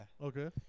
Okay